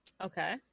Okay